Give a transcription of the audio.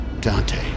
Dante